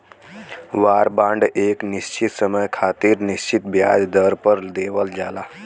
वार bond एक निश्चित समय खातिर निश्चित ब्याज दर पर देवल जाला